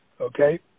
Okay